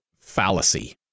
fallacy